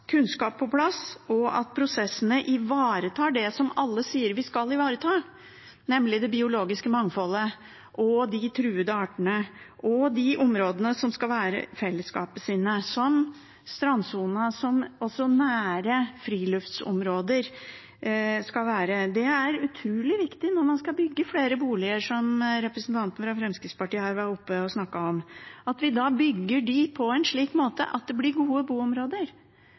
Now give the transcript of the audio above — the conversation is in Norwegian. og at prosessene ivaretar det som alle sier vi skal ivareta, nemlig det biologiske mangfoldet, de truede artene og de områdene som skal være fellesskapets, som strandsonen og nære friluftsområder skal være. Det er utrolig viktig når man skal bygge flere boliger, som representanten fra Fremskrittspartiet var oppe og snakket om, at vi bygger dem på en slik måte at det blir gode boområder